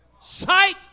sight